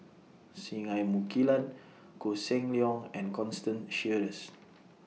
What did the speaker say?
Singai Mukilan Koh Seng Leong and Constance Sheares